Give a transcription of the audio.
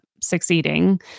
succeeding